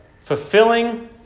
Fulfilling